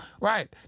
right